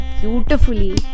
beautifully